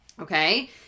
okay